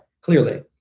clearly